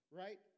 right